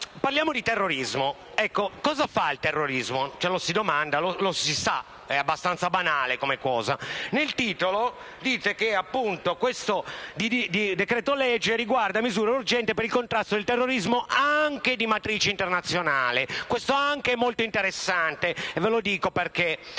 parliamo di terrorismo. Cosa fa il terrorismo? Lo si sa ed è abbastanza banale come cosa. Nel titolo, dite che questo decreto-legge riguarda misure urgenti per il contrasto del terrorismo anche di matrice internazionale. Questo "anche" è molto interessante e vi spiego perché.